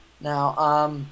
Now